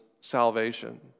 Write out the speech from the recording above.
salvation